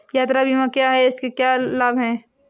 यात्रा बीमा क्या है इसके क्या लाभ हैं?